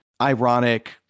ironic